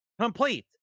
Complete